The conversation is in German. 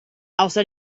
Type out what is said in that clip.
außer